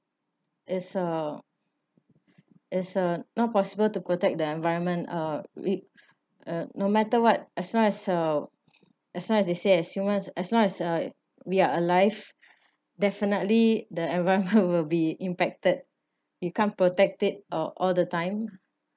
is a is a not possible to protect the environment uh we uh no matter what as long as uh as long as they say assume lah as long as uh we are alive definitely the environment will be impacted you can't protect it or all the time